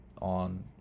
on